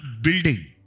building